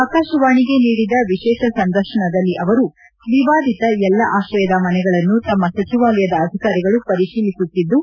ಆಕಾಶವಾಣಿಗೆ ನೀಡಿದ ವಿಶೇಷ ಸಂದರ್ಶನದಲ್ಲಿ ಅವರು ವಿವಾದಿತ ಎಲ್ಲ ಆಶ್ರಯದ ಮನೆಗಳನ್ನು ತಮ್ಮ ಸಚಿವಾಲಯದ ಅಧಿಕಾರಿಗಳು ಪರಿಶೀಲಿಸುತ್ತಿದ್ದು